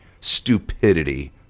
stupidity